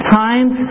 times